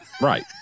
Right